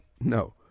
No